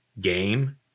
game